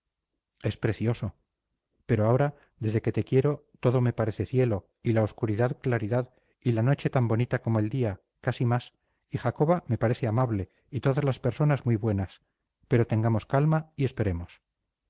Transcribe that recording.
es precioso pero ahora desde que te quiero todo me parece cielo y la obscuridad claridad y la noche tan bonita como el día casi más y jacoba me parece amable y todas las personas muy buenas pero tengamos calma y esperemos